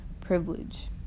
privilege